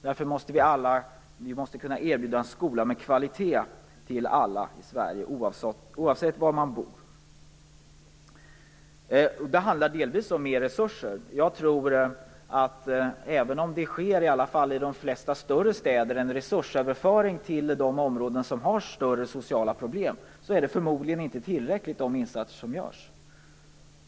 Därför måste vi kunna erbjuda en skola med kvalitet till alla i Sverige, oavsett var man bor. Det handlar delvis om mer resurser. Även om det i de flesta större städer sker en resursöverföring till de områden som har större sociala problem är de insatser som görs förmodligen inte tillräckliga.